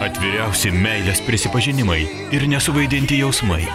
atviriausiai meilės prisipažinimai ir nesuvaidinti jausmai